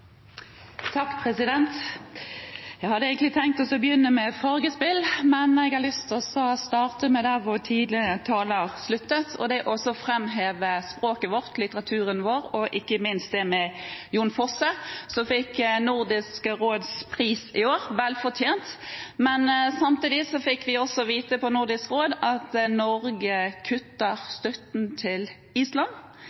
Jeg hadde egentlig tenkt å begynne med Fargespill, men jeg har lyst til å starte der foregående taler sluttet, med å framheve språket vårt, litteraturen vår og ikke minst Jon Fosse, som fikk Nordisk råds litteraturpris i år – vel fortjent. Men samtidig fikk vi også vite på Nordisk råds møte at Norge kutter støtten til